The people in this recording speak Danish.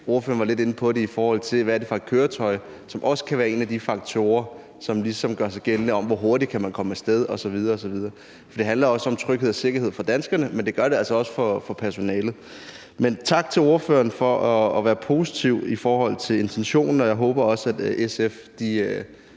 Ordføreren var lidt inde på det, i forhold til hvad det er for et køretøj, som også kan være en af de faktorer, som ligesom gør sig gældende, i forbindelse med hvor hurtigt man kan komme af sted osv. osv. Det handler også om tryghed og sikkerhed for danskerne, men det gør det altså også for personalet. Tak til ordføreren for at være positiv i forhold til intentionen, og jeg håber også, at SF